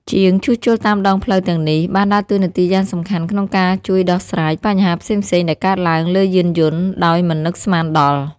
ជាងជួសជុលតាមដងផ្លូវទាំងនេះបានដើរតួនាទីយ៉ាងសំខាន់ក្នុងការជួយដោះស្រាយបញ្ហាផ្សេងៗដែលកើតឡើងលើយានយន្តដោយមិននឹកស្មានដល់។